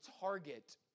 target